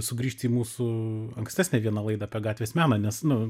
sugrįžti į mūsų ankstesnę vieną laidą apie gatvės meną nes nu